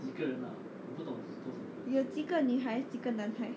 有几个女孩几个男孩